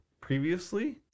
previously